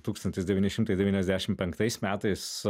tūkstantis devyni šimtai devyniasdešim penktais metais